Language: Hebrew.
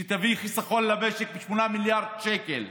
שתביא חיסכון למשק של כ-8 מיליארד שקלים,